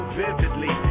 vividly